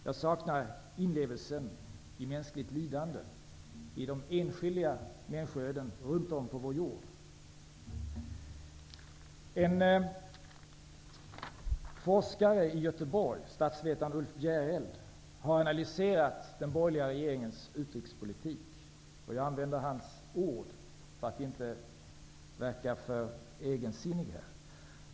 Jag saknar inlevelsen i mänskligt lidande, i de enskilda människoödena runt om på vår jord. En forskare i Göteborg, statsvetaren Ulf Bjereld, har analyserat den borgerliga regeringens utrikespolitik. Jag använder hans ord för att inte verka för egensinnig här.